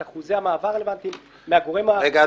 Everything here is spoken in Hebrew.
את אחוזי המעבר הרלוונטיים מהגורם --- רגע,